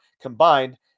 combined